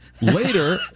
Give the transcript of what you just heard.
Later